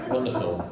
Wonderful